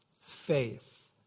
faith